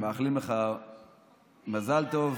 מאחלים לך מזל טוב.